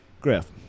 Griff